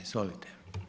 Izvolite.